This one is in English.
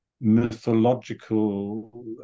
mythological